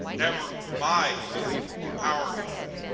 never my men or our men.